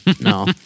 No